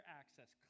access